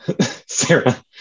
Sarah